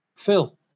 Phil